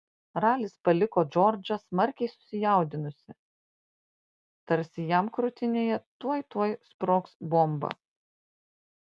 ralis paliko džordžą smarkiai susijaudinusį tarsi jam krūtinėje tuoj tuoj sprogs bomba